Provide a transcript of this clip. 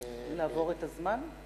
לעבור את הזמן?